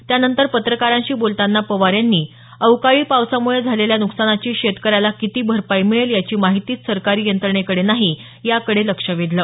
त्यानंतर पत्रकारांशी बोलताना पवार यांनी अवकाळी पावसामुळे झालेल्या नुकसानाची शेतकऱ्याला किती भरपाई मिळेल याची माहितीच सरकारी यंत्रणेकडे नाही याकडे लक्ष वेधलं